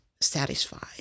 satisfied